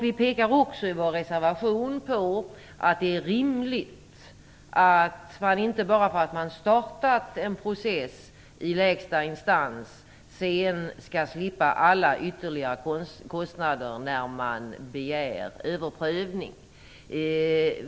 Vi pekar också i vår reservation på att det inte är rimligt att man, bara för att man startar en process i lägsta instans, sedan skall slippa alla ytterligare kostnader när man begär överprövning.